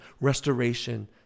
restoration